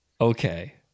Okay